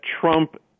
Trump